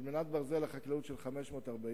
על מנת ברזל לחקלאות של 540,